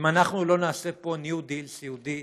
אם אנחנו לא נעשה פה ניו דיל סיעודי,